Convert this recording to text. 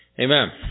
Amen